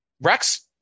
Rex